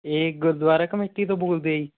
ਇਹ ਗੁਰਦੁਆਰਾ ਕਮੇਟੀ ਤੋਂ ਬੋਲਦੇ ਹੈ ਜੀ